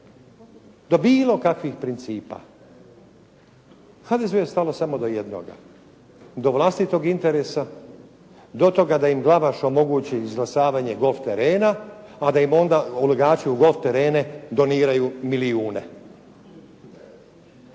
do bilo kakvih principa. HDZ-u je stalo samo do jednoga – do vlastitog interesa, do toga da im Glavaš omogući izglasavanje golf terena, a da im onda ulagači u golf terene doniraju milijune.